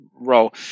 role